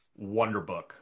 Wonderbook